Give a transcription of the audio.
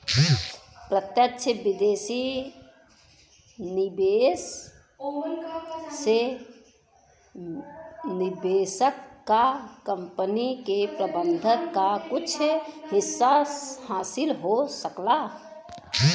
प्रत्यक्ष विदेशी निवेश से निवेशक क कंपनी के प्रबंधन क कुछ हिस्सा हासिल हो सकला